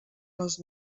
les